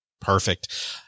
Perfect